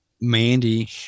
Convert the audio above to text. Mandy